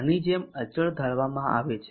આની જેમ અચળ ધારવામાં આવે છે